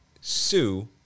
sue